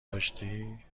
داشتی